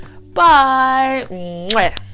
Bye